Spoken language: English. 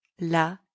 la